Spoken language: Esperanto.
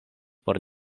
por